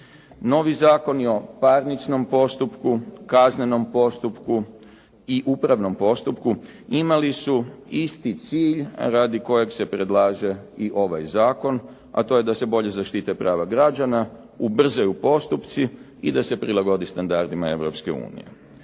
Novi zakoni o parničnom postupku, kaznenom postupku i upravnom postupku imali su isti cilj radi kojeg se predlaže i ovaj zakon, a to je da se bolje zaštite prava građana, ubrzaju postupci i da se prilagodi standardima